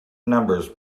numbers